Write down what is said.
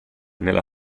nella